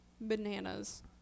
bananas